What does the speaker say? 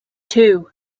two